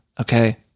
okay